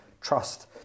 trust